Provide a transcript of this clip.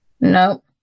Nope